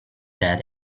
that